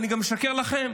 ואני גם אשקר לכם.